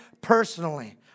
personally